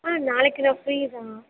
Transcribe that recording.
ஆ நாளைக்கு நான் ஃப்ரீ தான்